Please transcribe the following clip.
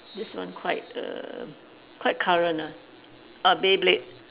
this one quite err quite current ah ah Beyblade